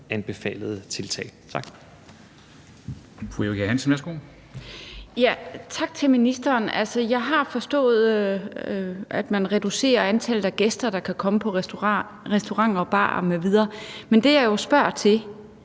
anbefalede tiltag. Kl.